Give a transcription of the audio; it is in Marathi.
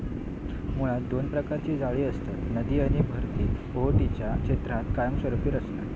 मुळात दोन प्रकारची जाळी असतत, नदी किंवा भरती ओहोटीच्या क्षेत्रात कायमस्वरूपी रचना